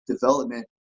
development